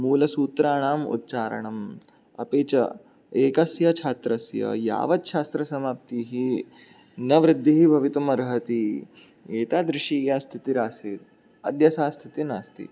मूलसूत्राणाम् उच्चारणम् अपि च एकस्य छात्रस्य यावत् शास्त्रसमाप्तिः न वृद्धिः भवितुम् अर्हति एतादृशी या स्थितिरासीत् अद्य सा स्थितिः नास्ति